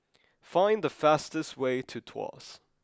find the fastest way to Tuas